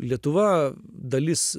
lietuva dalis